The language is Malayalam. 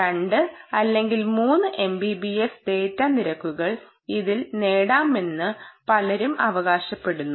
2 അല്ലെങ്കിൽ 3 MBPSന്റെ ഡാറ്റാ നിരക്കുകൾ ഇതിൽ നേടാനാകുമെന്ന് പലരും അവകാശപ്പെടുന്നു